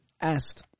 asked